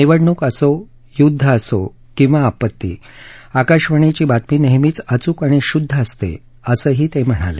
निवडणूक असो युद्ध असो वा आपत्ती आकाशवाणीची बातमी नेहमीच अचूक आणि शुद्ध असते असं ते म्हणाले